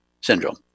syndrome